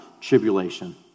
tribulation